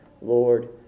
Lord